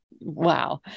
Wow